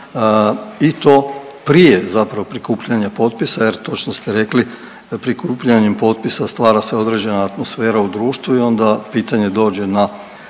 i to prije zapravo prikupljanja potpisa jer točno ste rekli prikupljanjem potpisa stvara se određena atmosfera u društvu i onda pitanje dođe na